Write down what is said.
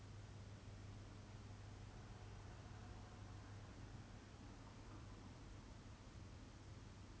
but not really leh I feel like 这个是冲动的 division 他不是 like plotting to kill his wife the entire time it's just like a